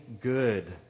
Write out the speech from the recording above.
good